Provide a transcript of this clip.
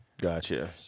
Gotcha